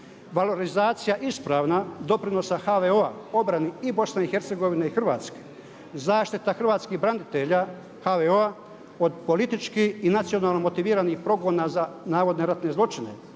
Valorizacija ispravna doprinosa HVO-a obrani i Bosne i Hercegovine i Hrvatske, zaštita hrvatskih branitelja HVO-a od politički i nacionalno motiviranih progona za navodne ratne zločine.